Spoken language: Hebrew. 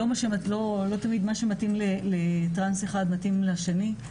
לא תמיד מה שמתאים לטרנס אחד מתאים לשני.